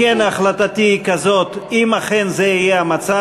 החלטתי היא כזאת: אם אכן זה יהיה המצב,